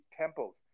temples